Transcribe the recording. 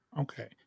Okay